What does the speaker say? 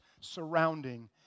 surrounding